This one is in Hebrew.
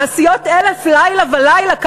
מעשיות אלף לילה ולילה.